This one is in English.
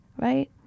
right